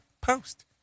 Post